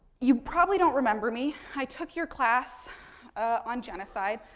you probably don't remember me. i took your class on genocide.